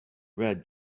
red